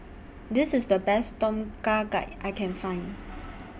This IS The Best Tom Kha Gai I Can Find